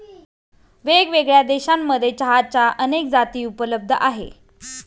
वेगळ्यावेगळ्या देशांमध्ये चहाच्या अनेक जाती उपलब्ध आहे